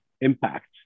impact